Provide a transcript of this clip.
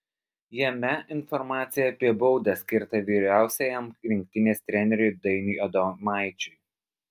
jame informacija apie baudą skirtą vyriausiajam rinktinės treneriui dainiui adomaičiui